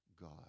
God